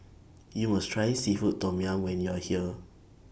YOU must Try Seafood Tom Yum when YOU Are here